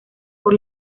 por